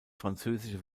französische